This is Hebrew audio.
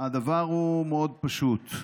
הדבר הוא מאוד פשוט.